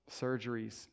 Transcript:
surgeries